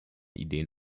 ideen